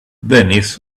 dennis